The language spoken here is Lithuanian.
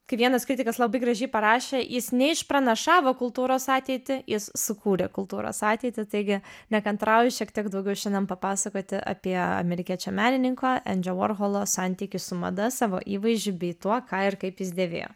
kai vienas kritikas labai gražiai parašė jis neišpranašavo kultūros ateitį jis sukūrė kultūros ateitį taigi nekantrauju šiek tiek daugiau šiandien papasakoti apie amerikiečio menininko endžio vorholo santykį su mada savo įvaizdžiu bei tuo ką ir kaip jis dėvėjo